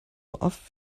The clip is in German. oft